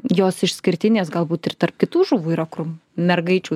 jos išskirtinės galbūt ir tarp kitų žuvų yra kur mergaičių